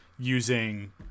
using